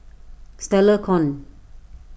Stella Kon